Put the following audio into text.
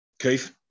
Keith